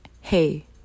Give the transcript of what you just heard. hey